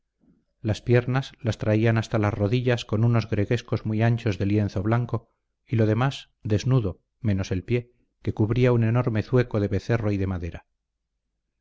las piernas las traían hasta las rodillas con unos greguescos muy anchos de lienzo blanco y lo demás desnudo menos el pie que cubría un enorme zueco de becerro y de madera